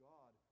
God